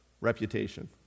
reputation